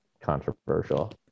controversial